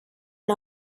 and